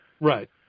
Right